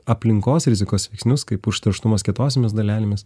aplinkos rizikos veiksnius kaip užterštumas kietosiomis dalelėmis